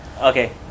Okay